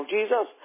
Jesus